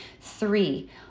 Three